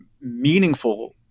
meaningful